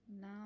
now